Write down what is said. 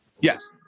Yes